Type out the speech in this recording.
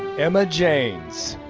emma james.